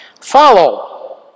Follow